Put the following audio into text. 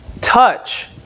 touch